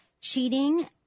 cheating